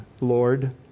Lord